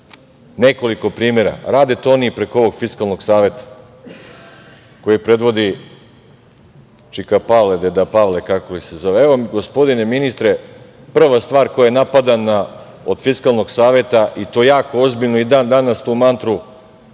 nekoliko primera. Rade to oni i preko ovog Fiskalnog saveta, koji predvodi čika Pavle, deda Pavle, kako li se zove. Gospodine ministre, prva stvar koja je napadana od Fiskalnog saveta, i to jako ozbiljno, i dan-danas tu mantru